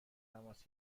تماس